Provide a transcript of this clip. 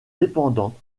dépendante